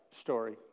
story